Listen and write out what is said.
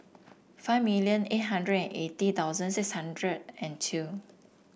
five eight hundred and eighty thousand six hundred and two